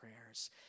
prayers